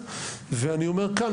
אני אומר שוב,